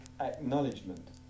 acknowledgement